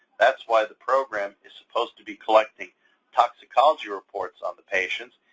that's why the program is supposed to be collecting toxicology reports on the patients,